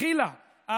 הכילה,